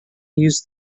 used